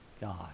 God